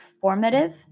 formative